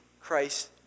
Christ